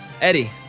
Eddie